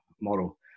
model